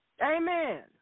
Amen